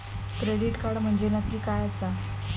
Credit card म्हंजे नक्की काय आसा?